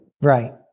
Right